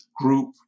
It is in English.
group